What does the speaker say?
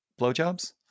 blowjobs